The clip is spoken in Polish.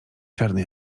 czarny